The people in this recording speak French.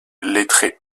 lettré